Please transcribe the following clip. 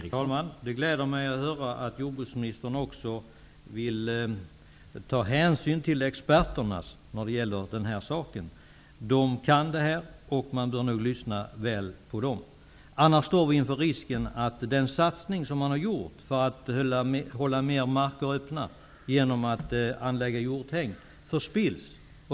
Herr talman! Det gläder mig att höra att jordbruksministern också vill ta hänsyn till experterna när det gäller den här saken. De kan detta, och man bör nog lyssna ordentligt på dem. Annars står vi inför risken att den satsning som har gjorts för att hålla flera marker öppna genom att anlägga hjorthägn förspills.